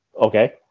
Okay